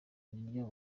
niryo